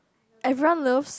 everyone loves